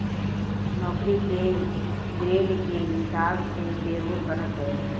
नौकरी के ग्रेड के हिसाब से पेरोल बनत हवे